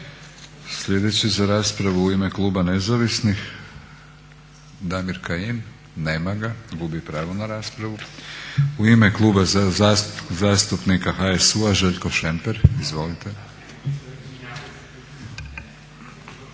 Sljedeći za raspravu u ime kluba nezavisnih Damir Kajin. Nema ga, gubi pravo na raspravu. U ime Kluba zastupnika HSU-a Željko Šemper. Izvolite.